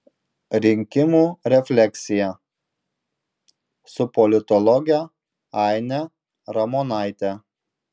rinkimų refleksija su politologe aine ramonaite